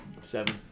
Seven